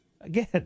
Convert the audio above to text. again